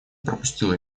пропустил